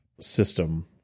system